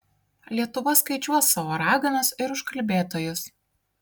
lietuva skaičiuos savo raganas ir užkalbėtojus